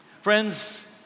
Friends